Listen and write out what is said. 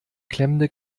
klemmende